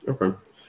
Okay